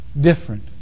different